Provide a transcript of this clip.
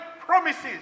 promises